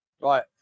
right